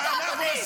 אדוני,